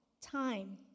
time